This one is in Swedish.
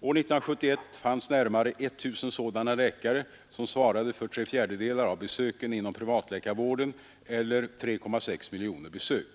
År 1971 fanns närmare 1 000 sådana läkare som svarade för tre fjärdedelar av besöken inom privatläkarvården eller 3,6 miljoner besök.